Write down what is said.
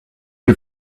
you